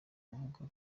kuvuga